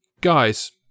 guys